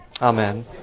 Amen